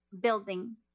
building